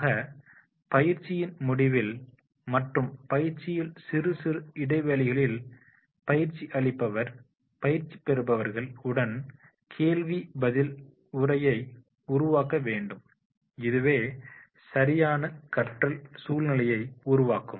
ஆக பயிற்சியின் முடிவில் மற்றும் பயிற்சியில் சிறுசிறு இடைவேளைகளில் பயிற்சி அளிப்பவர் பயிற்சி பெறுபவர்கள் உடன் கேள்வி பதில் உரையை உருவாக்க வேண்டும் இதுவே சரியான கற்றல் சூழ்நிலையை உருவாக்கும்